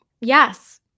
Yes